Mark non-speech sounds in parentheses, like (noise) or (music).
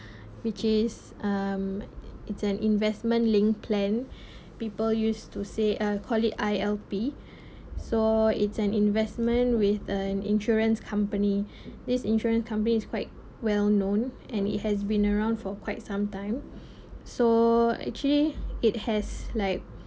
which is um it's an investment linked plan (breath) people used to say uh called it I_L_P (breath) so it's an investment with an insurance company (breath) this insurance company is quite well known and it has been around for quite some time so actually it has like